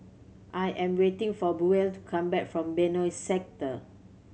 I am waiting for Buell to come back from Benoi Sector